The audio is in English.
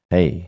Hey